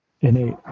innate